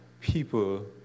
people